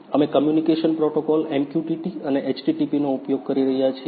અમે communication protocol MQTT અને HTTP નો ઉપયોગ કરી રહ્યા છીએ